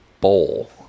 bowl